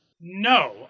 No